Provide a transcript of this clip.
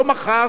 לא מחר,